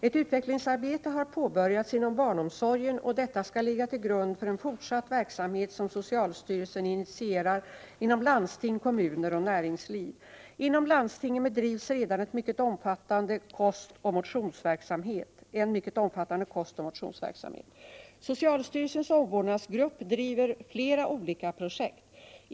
Ett utvecklingsarbete har påbörjats inom barnomsorgen, och detta skall ligga till grund för en fortsatt verksamhet som socialstyrelsen initierar inom landsting, kommuner och näringsliv. Inom landstingen bedrivs redan en mycket omfattande kostoch motionsverksamhet. Socialstyrelsens omvårdnadsgrupp driver flera olika projekt.